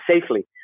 safely